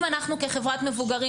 אם אנחנו כחברת מבוגרים,